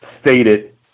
stated